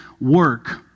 work